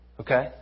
okay